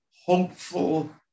hopeful